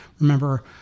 remember